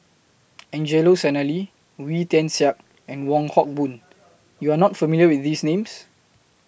Angelo Sanelli Wee Tian Siak and Wong Hock Boon YOU Are not familiar with These Names